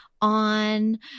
on